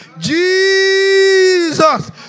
Jesus